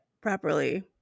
properly